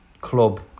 club